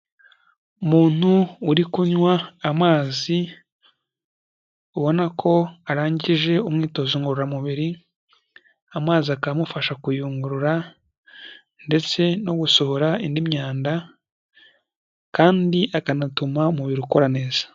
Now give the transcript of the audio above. Umuntu uri kunywa amazi, ubona ko arangije umwitozo ngororamubiri, amazi akamufasha kuyungurura ndetse no gusohora indi myanda, kandi akanatuma umubiri ukora neza.